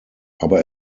aber